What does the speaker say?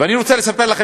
ואני רוצה לספר לכם,